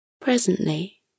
Presently